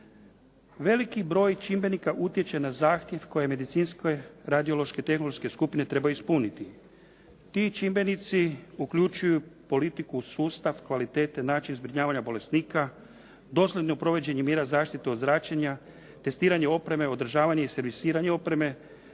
Veliki broj čimbenika utječe na zahtjev koje medicinske radiološke tehnološke skupine trebaju ispuniti. Ti čimbenici uključuju politiku u sustav kvalitete, način zbrinjavanja bolesnika, dosljedno provođenja mjera zaštite od zračenja, testiranje opreme, održavanje i servisiranje opreme,